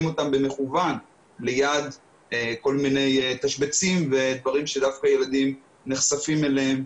אותן במכוון ליד כל מיני תשבצים ודברים שדווקא ילדים נחשפים אליהם.